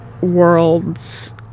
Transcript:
worlds